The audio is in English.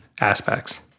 Aspects